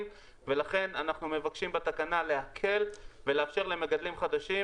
ולכן אנחנו מבקשים בתקנה להקל ולאפשר למגדלים חדשים